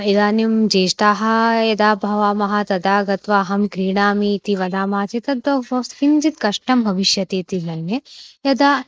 इदानीं ज्येष्ठाः यदा भवामः तदा गत्वा अहं क्रीणामि इति वदामः चेत् तद् किञ्चित् कष्टं भविष्यति इति मन्ये यदा